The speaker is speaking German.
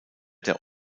der